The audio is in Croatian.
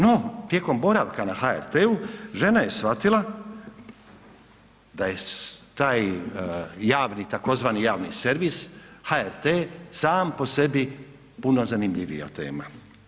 No tijekom boravka na HRT-u žena je shvatila da je taj tzv. javni servis HRT sam po sebi puno zanimljivija tema.